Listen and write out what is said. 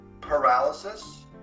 paralysis